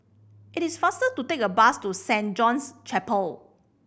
it is faster to take a bus to Saint John's Chapel